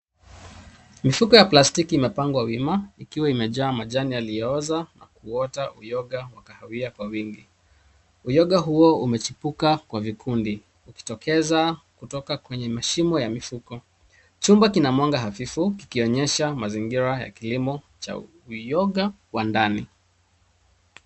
Mifuko ya plastiki imepangwa wima ikiwa imejaa majani yaliyooza na kuota uyoga wa kahawia kwa wingi. Uyoga huo umechipukz kwa vikundi ukitokeza kutoka kwenye mashimo ya mifuko. Chumba kina mwanga hafifu kikionyesha mazingira ya kilimo cha uyoga wa ndani.